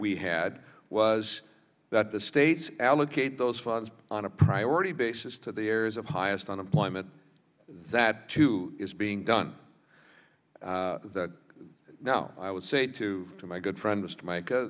we had was that the states allocate those funds on a priority basis to the areas of highest unemployment that too is being done now i would say to my good friends to make